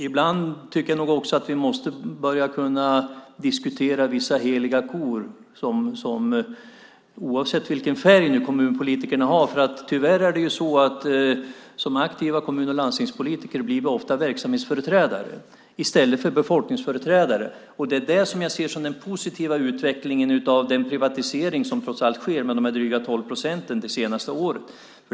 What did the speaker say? Ibland tycker jag nog också att vi måste kunna diskutera vissa heliga kor oavsett vilken färg kommunpolitikerna har. Som aktiva kommun och landstingspolitiker blir vi ofta verksamhetsföreträdare i stället för befolkningsföreträdare. Det är det som jag ser som den positiva utveckling av den privatisering som trots allt har skett med drygt 12 procent de senaste åren.